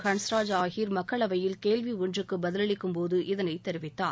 ஹன்ஸ்ராஜ் ஆஹிர் மக்களவையில் கேள்வி ஒன்றுக்கு பதிலளிக்கும்போது இதனைத் தெரிவித்தார்